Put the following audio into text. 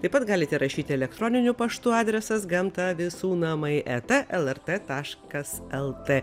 taip pat galite rašyti elektroniniu paštu adresas gamta visų namai eta lrt taškas lt